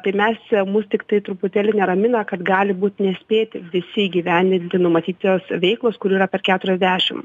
tai mes mus tiktai truputėlį neramina kad gali būt nespėti visi įgyvendinti numatytios veiklos kur yra per keturiasdešim